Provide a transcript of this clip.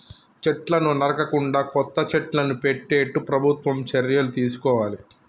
చెట్లను నరకకుండా కొత్త చెట్లను పెట్టేట్టు ప్రభుత్వం చర్యలు తీసుకోవాలి